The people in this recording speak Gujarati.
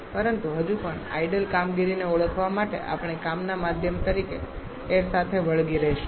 પરંતુ હજુ પણ આઇડલ કામગીરીને ઓળખવા માટે આપણે કામના માધ્યમ તરીકે એઈર સાથે વળગી રહીશું